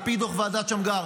על פי דוח ועדת שמגר,